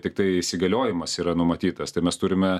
tiktai įsigaliojimas yra numatytas tai mes turime